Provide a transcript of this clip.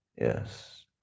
yes